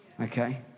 Okay